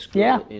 yeah,